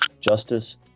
Justice